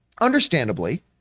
understandably